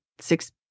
six